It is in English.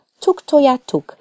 Tuktoyatuk